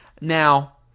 now